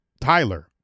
Tyler